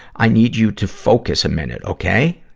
i need you to focus a minute, okay?